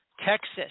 Texas